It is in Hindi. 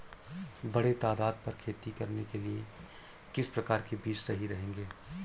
बड़े तादाद पर खेती करने के लिए किस प्रकार के बीज सही रहेंगे?